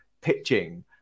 pitching